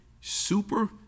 super